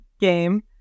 game